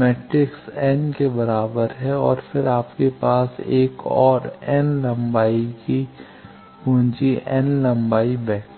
matrix n के बराबर है और फिर आपके पास एक और n लंबाई की पूंजी n लंबाई वेक्टर है